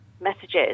messages